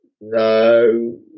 No